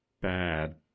bad